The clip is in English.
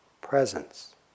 Presence